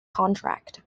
contract